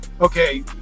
Okay